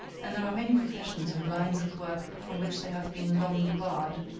and there are many professions and lines of work from which they have been long debarred,